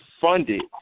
funded